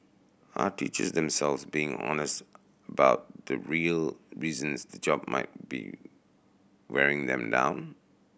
are teachers themselves being honest about the real reasons the job might be wearing them down